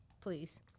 please